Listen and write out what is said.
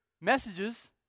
messages